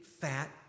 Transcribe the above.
fat